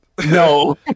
No